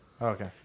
Okay